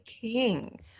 king